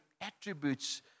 attributes